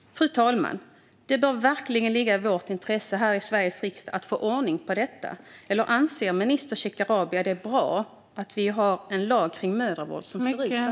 Fru talman! Det bör verkligen ligga i vårt intresse här i Sveriges riksdag att få ordning på detta. Eller anser minister Shekarabi att det är bra att vi har en lag kring mödravård som ser ut så här?